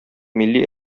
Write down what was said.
милли